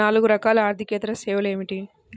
నాలుగు రకాల ఆర్థికేతర సేవలు ఏమిటీ?